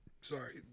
Sorry